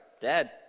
Dad